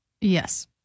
Yes